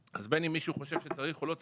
אז בין אם מישהו חושב שצריך או לא צריך,